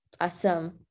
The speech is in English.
awesome